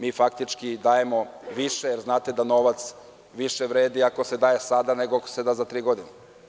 Mi faktički dajemo više, jer znate da novac više vredi ako se daje sada nego ako se da za tri godine.